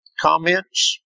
comments